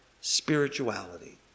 spirituality